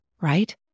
right